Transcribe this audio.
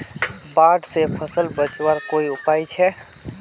बाढ़ से फसल बचवार कोई उपाय छे?